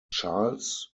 charles